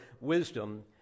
wisdom